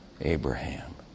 Abraham